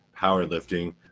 powerlifting